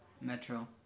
Metro